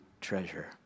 treasure